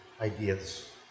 ideas